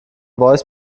voice